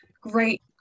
great